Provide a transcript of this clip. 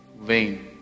vain